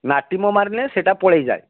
ନାଟିମ ମାରିନେ ସେଇଟା ପଳେଇ ଯାଏ